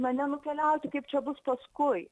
na nenukeliauti kaip čia bus paskui